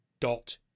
dot